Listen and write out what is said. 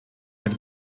mit